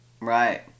Right